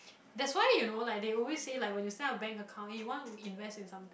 that's why you know like they always say like when you set up bank account and you want to invest in something